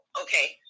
Okay